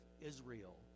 Israel